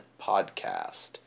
podcast